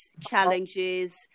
challenges